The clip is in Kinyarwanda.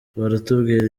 baratubwira